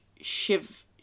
Shiv